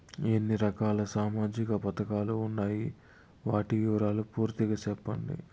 ఎన్ని రకాల సామాజిక పథకాలు ఉండాయి? వాటి వివరాలు పూర్తిగా సెప్పండి?